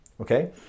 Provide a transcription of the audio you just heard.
okay